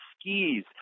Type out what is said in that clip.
skis